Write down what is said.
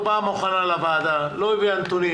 באה מוכנה לוועדה ולא הביאו נתונים.